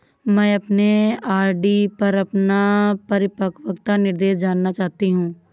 मैं अपने आर.डी पर अपना परिपक्वता निर्देश जानना चाहती हूँ